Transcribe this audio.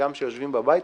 וגם שיושבים בבית,